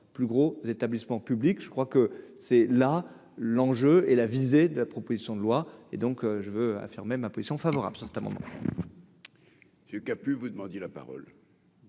plus gros établissements public je crois que c'est là l'enjeu et la visée de la proposition de loi et donc je veux affirmer ma position favorable s'installe. Que pu vous demandiez la parole.